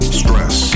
stress